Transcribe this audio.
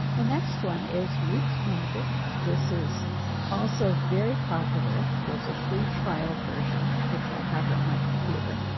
the next one is roots magic. this is also very popular. there's a free trial version, which i have on my computer.